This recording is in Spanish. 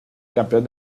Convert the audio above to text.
campeón